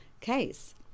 case